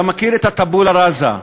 אתה מכיר את ה"טבולה ראסה".